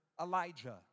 Elijah